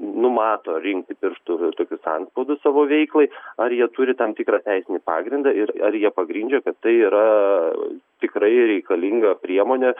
numato rinkti pirštų tokius antspaudus savo veiklai ar jie turi tam tikrą teisinį pagrindą ir ar jie pagrindžia kad tai yra tikrai reikalinga priemonė